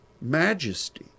majesty